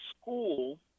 school